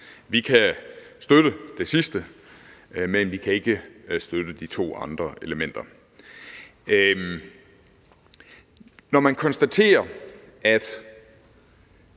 Vi kan støtte det sidste, men vi kan ikke støtte de to andre elementer. Når man konstaterer, at